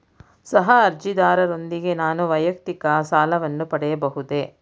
ಸಹ ಅರ್ಜಿದಾರರೊಂದಿಗೆ ನಾನು ವೈಯಕ್ತಿಕ ಸಾಲವನ್ನು ಪಡೆಯಬಹುದೇ?